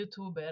YouTuber